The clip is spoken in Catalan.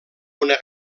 una